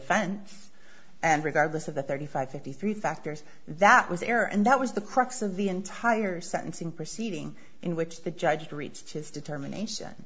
offense and regardless of the thirty five fifty three factors that was there and that was the crux of the entire sentencing proceeding in which the judge reads his determination